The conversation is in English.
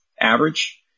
average